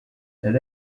elle